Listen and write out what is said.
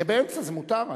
יהיה באמצע, זה מותר.